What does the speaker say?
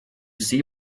see